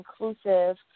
inclusive